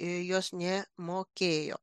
jos nemokėjo